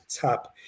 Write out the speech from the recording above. tap